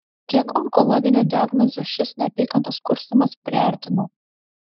kiek onkologinių diagnozių šis neapykantos kurstymas priartino